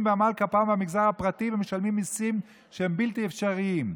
בעמל כפם במגזר הפרטי ומשלמים מיסים בלתי אפשריים.